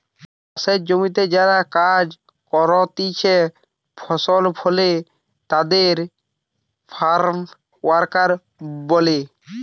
চাষের জমিতে যারা কাজ করতিছে ফসল ফলে তাদের ফার্ম ওয়ার্কার বলে